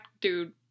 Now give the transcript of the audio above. dude